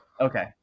Okay